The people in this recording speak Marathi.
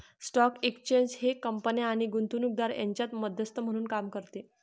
स्टॉक एक्सचेंज हे कंपन्या आणि गुंतवणूकदार यांच्यात मध्यस्थ म्हणून काम करते